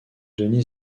denis